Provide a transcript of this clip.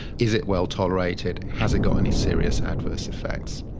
is it well tolerated, has it got any serious adverse effects.